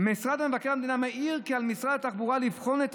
"משרד מבקר המדינה מעיר כי על משרד התחבורה לבחון את